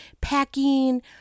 packing